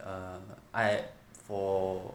err I for